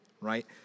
right